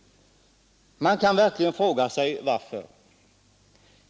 Man kan verkligen fråga sig varför.